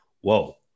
Whoa